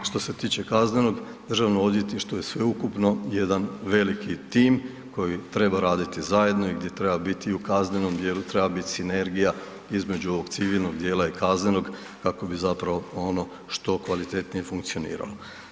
Što se tiče kaznenog državno odvjetništvo je sveukupno jedan veliki tim koji treba raditi zajedno i gdje treba biti u kaznenom dijelu treba biti sinergije između civilnog dijela i kaznenog kako bi zapravo ono što kvalitetnije funkcioniralo.